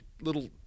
little